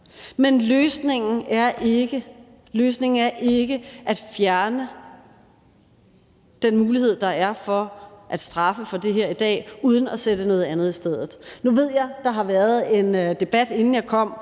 Men løsningen er ikke at fjerne den mulighed, der er, for at straffe for det her i dag uden at sætte noget andet i stedet. Nu ved jeg, at der har været en debat, inden jeg kom,